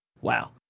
Wow